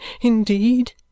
indeed